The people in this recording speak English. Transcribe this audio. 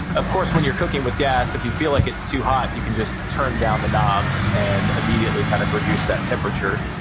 of course, when you're cooking with gas, if you feel like it's too hot, you can just turn down the knobs and immediately kind of reduce that temperature,